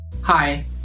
Hi